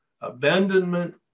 abandonment